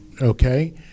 okay